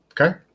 Okay